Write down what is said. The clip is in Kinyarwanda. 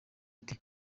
ati